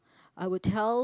I would tell